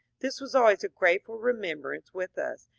this was always a grateful remembrance with us,